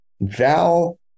Val